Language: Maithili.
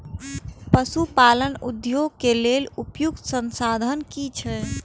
पशु पालन उद्योग के लेल उपयुक्त संसाधन की छै?